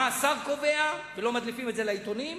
מה השר קובע, ולא מדליפים את זה לעיתונים,